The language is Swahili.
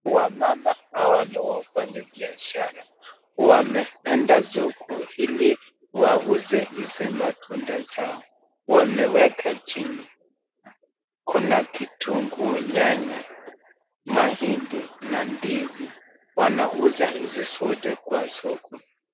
Wamama hawa ni wafanyibiashara. Wameenda soko ili wauze hizi matunda zao, wameweka chini. Kuna kitunguu, nyanya, mahindi na ndizi. Wanauza hizi zote kwa soko.